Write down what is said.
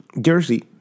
Jersey